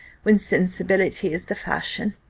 when sensibility is the fashion.